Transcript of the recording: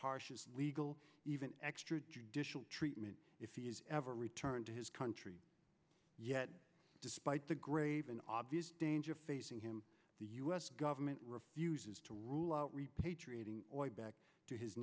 harshest legal even extra judicial treatment ever returned to his country yet despite the grave and obvious danger facing him the u s government refuses to rule out repatriating boy back to his